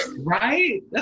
Right